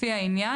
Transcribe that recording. לפי העניין,